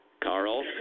Carl